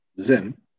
Zim